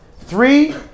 Three